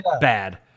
Bad